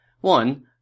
One